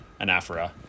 anaphora